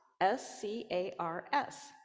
S-C-A-R-S